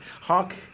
Hawk